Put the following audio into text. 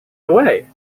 away